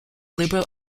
liberal